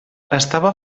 estava